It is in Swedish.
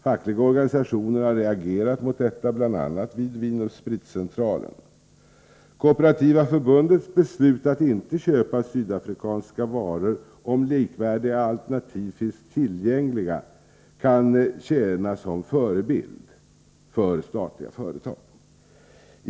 Fackliga organisationer har reagerat mot detta, bl.a. vid Vin & Spritcentralen. Kooperativa förbundets beslut att inte köpa sydafrikanska varor om likvärdiga alternativ finns tillgängliga kan tjäna som förebild för statliga företag.